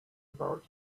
about